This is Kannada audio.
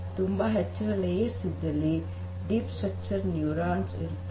ತುಂಬಾ ಹೆಚ್ಚಿನ ಪದರ ಇದ್ದಲ್ಲಿ ಡೀಪರ್ ಸ್ಟ್ರಕ್ಚರ್ ನ್ಯೂರಾನ್ಸ್ ಇರುತ್ತವೆ